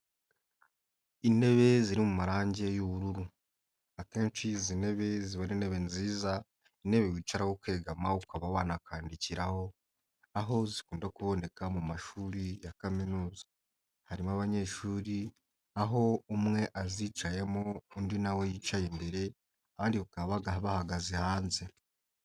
Intebe ziri mu marangi y'ubururu. Akenshi izi ntebe ziba intebe nziza, intebe wicaraho ukegama, ukaba wanakandikiraho. Aho zikunda kuboneka mu mashuri ya kaminuza harimo abanyeshuri, aho umwe azicayemo undi nawe yicaye imbere, abandi bakaba bahagaze hanze.